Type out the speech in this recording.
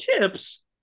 tips